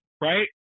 right